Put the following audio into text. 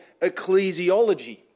ecclesiology